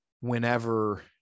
whenever